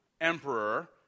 emperor